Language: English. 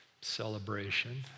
celebration